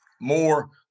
more